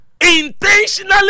Intentionally